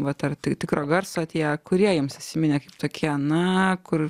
vat ar ti tikro garso tie kurie jums įsiminė tokie na kur